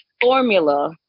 formula